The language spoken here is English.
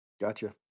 gotcha